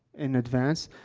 in advance,